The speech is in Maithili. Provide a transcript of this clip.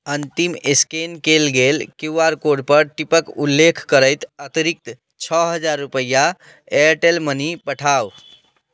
अन्तिम स्कैन कयल गेल क्यू आर कोडपर टिपक उल्लेख करैत अतिरिक्त छओ हजार रुपैआ एयरटेल मनी पठाउ